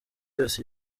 yose